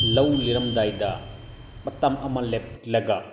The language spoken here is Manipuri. ꯂꯧ ꯂꯣꯏꯔꯝꯗꯥꯏꯗ ꯃꯇꯝ ꯑꯃ ꯂꯦꯞꯂꯒ